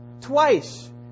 Twice